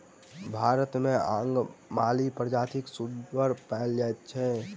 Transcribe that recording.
भारत मे अंगमाली प्रजातिक सुगर पाओल जाइत अछि